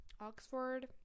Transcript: Oxford